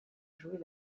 jouer